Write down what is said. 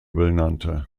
nannte